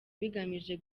bigamije